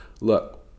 look